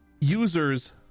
users